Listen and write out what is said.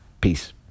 Peace